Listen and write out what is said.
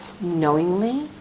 knowingly